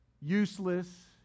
useless